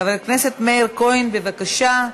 חבר הכנסת מאיר כהן, בבקשה.